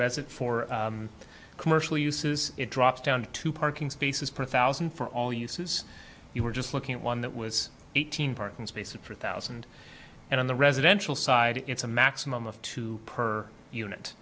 resit for commercial uses it drops down to parking spaces per thousand for all uses you were just looking at one that was eighteen parking space and four thousand and on the residential side it's a maximum of two per unit